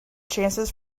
chances